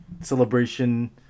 celebration